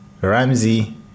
Ramsey